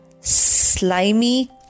Slimy